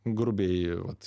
grubiai vat